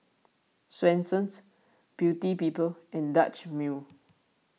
Swensens Beauty People and Dutch Mill